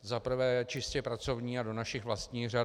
Za prvé čistě pracovní a do našich vlastních řad.